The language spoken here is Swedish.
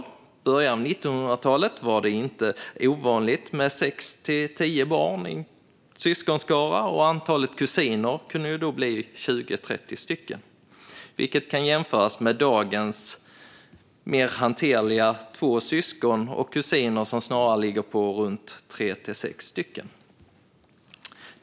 I början av 1900-talet var det inte ovanligt med sex till tio barn i en syskonskara, och antalet kusiner kunde då bli 20-30, vilket kan jämföras med dagens mer hanterliga två syskon och ett antal kusiner som snarare ligger på tre till sex.